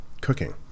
cooking